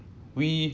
we